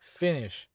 finish